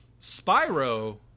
Spyro